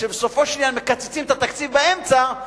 כשבסופו של עניין מקצצים את התקציב באמצע,